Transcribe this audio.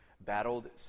battled